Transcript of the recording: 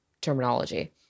terminology